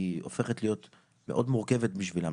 היא הופכת להיות מאוד מורכבת בשבילם.